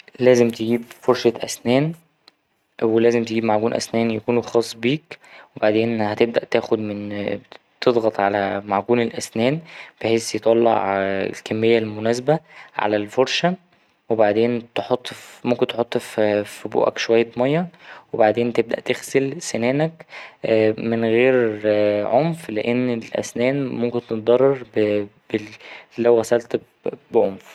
لازم تجيب فرشة أسنان ولازم تجيب معجون أسنان يكون خاص بيك وبعدين هتبدأ تاخد من ـ تضغط على معجون الأسنان بحيث يطلع الكمية المناسبة على الفرشة وبعدين تحط - في ـ ممكن تحط في ـ في بوقك شوية مايه وبعدين تبدأ تغسل سنانك من غير عنف لأن الأسنان ممكن تتضرر لو غسلت بعنف.